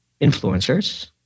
influencers